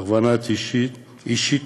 הכוונה אישית,